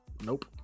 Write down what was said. Nope